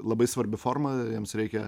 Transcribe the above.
labai svarbi forma jiems reikia